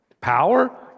Power